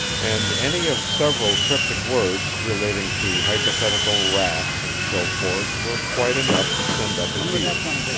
and any of several cryptic words, relating to hypothetical rats, and so forth, were quite enough to send up his ears.